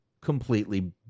completely